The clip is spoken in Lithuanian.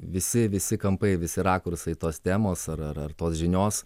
visi visi kampai visi rakursai tos temos ar ar tos žinios